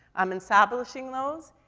um, establishing those,